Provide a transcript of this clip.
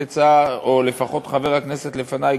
או לפחות חבר הכנסת לפני,